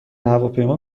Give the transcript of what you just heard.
هواپیما